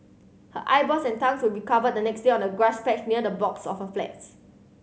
her eyeballs and tongues will be covered the next day on a grass patch near the blocks of a flats